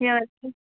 ఎవరికి